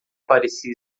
parecia